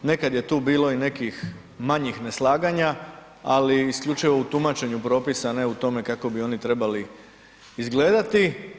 Nekad je tu bilo i nekih manjih neslaganja ali isključivo u tumačenju propisa a ne u tome kako bi oni trebali izgledati.